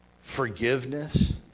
forgiveness